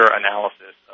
analysis